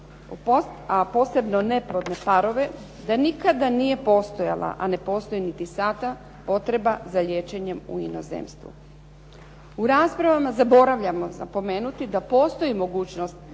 a posebno neplodne parove da nikada nije postojala, a ne postoji niti sada potreba za liječenjem u inozemstvu. U raspravama zaboravljamo napomenuti da postoji mogućnost